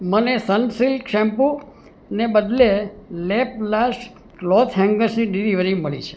મને Sunsilk shampoo ને બદલે લેપલાસ્ટ ક્લોથ હેન્ગર્સની ડિલિવરી મળી છે